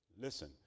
Listen